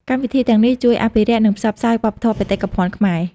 កម្មវិធីទាំងនេះជួយ អភិរក្ស និង ផ្សព្វផ្សាយ វប្បធម៌បេតិកភណ្ឌខ្មែរ។